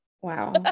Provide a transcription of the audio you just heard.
Wow